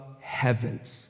heavens